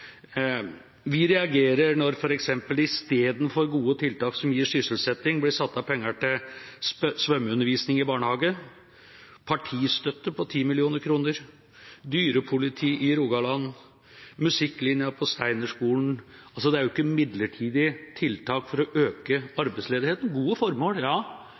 Vi reagerer når det f.eks. i stedet for gode tiltak som gir sysselsetting, blir satt av penger til svømmeundervisning i barnehage, partistøtte, på 10 mill. kr, dyrepoliti i Rogaland og musikklinja på Steinerskolen. Det er ikke midlertidige tiltak for å øke sysselsettinga. Det er gode formål, ja,